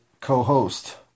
co-host